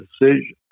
decision